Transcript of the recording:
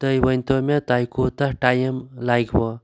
تُہۍ ؤنۍتَو مےٚ تۅہہِ کوتاہ ٹایِم لَگوٕ